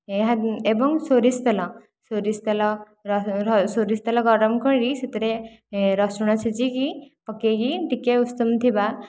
ଏହା ଏବଂ ସୋରିଷ ତେଲ ସୋରିଷ ତେଲ ସୋରିଷ ତେଲ ଗରମ କରି ସେଥିରେ ରସୁଣ ଛେଚିକି ପକାଇକି ଟିକିଏ ଉଷୁମ ଥିବା